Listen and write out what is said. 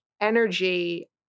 energy